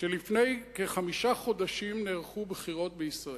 שלפני חמישה חודשים נערכו בחירות בישראל.